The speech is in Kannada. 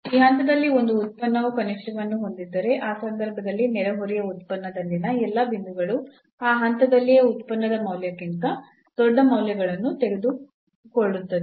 ಈ ಹಂತದಲ್ಲಿ ಒಂದು ಉತ್ಪನ್ನವು ಕನಿಷ್ಠವನ್ನು ಹೊಂದಿದ್ದರೆ ಆ ಸಂದರ್ಭದಲ್ಲಿ ನೆರೆಹೊರೆಯ ಉತ್ಪನ್ನದಲ್ಲಿನ ಎಲ್ಲಾ ಬಿಂದುಗಳು ಆ ಹಂತದಲ್ಲಿಯೇ ಉತ್ಪನ್ನದ ಮೌಲ್ಯಕ್ಕಿಂತ ದೊಡ್ಡ ಮೌಲ್ಯಗಳನ್ನು ತೆಗೆದುಕೊಳ್ಳುತ್ತದೆ